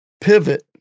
pivot